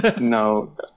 no